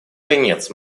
конец